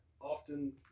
often